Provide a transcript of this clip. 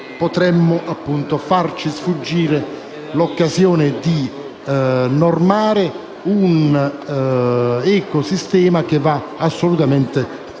potremmo farci sfuggire l’occasione di normare un ecosistema che va assolutamente